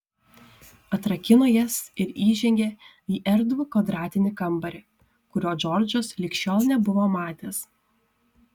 atrakino jas ir įžengė į erdvų kvadratinį kambarį kurio džordžas lig šiol nebuvo matęs